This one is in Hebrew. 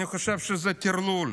אני חושב שזה טרלול.